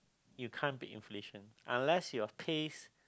you can't beat inflation unless your pays